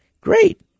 great